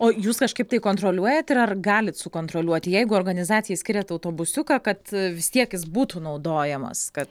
o jūs kažkaip tai kontroliuojat ir ar galit sukontroliuot jeigu organizacijai skiriat autobusiuką kad vis tiek jis būtų naudojamas kad